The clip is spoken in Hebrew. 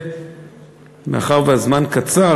מאחר שהזמן קצר,